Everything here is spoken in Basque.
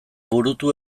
burutu